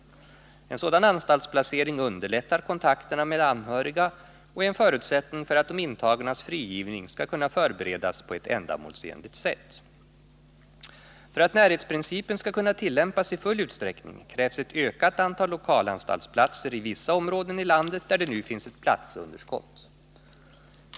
En sådan anstaltsplacering underlättar kontakterna med anhöriga och är en förutsättning för att de intagnas frigivning skall kunna förberedas på ett ändamålsenligt sätt. För att närhetsprincipen skall kunna tillämpas i full utsträckning krävs ett ökat antal lokalanstaltsplatser i vissa områden i landet där det nu finns ett platsunderskott.